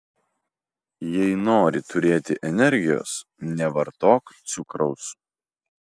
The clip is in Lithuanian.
jei nori turėti energijos nevartok cukraus